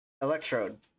Electrode